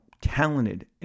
talented